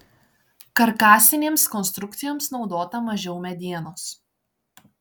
karkasinėms konstrukcijoms naudota mažiau medienos